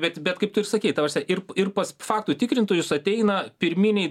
bet bet kaip tu ir sakei ta prasme ir ir pas faktų tikrintojus ateina pirminiai